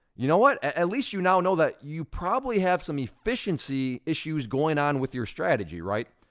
you know what, at least you now know that you probably have some efficiency issues going on with your strategy, right.